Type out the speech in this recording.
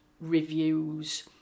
reviews